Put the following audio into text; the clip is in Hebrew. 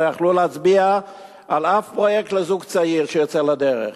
יכלו להצביע על אף פרויקט לזוג צעיר שיוצא לדרך.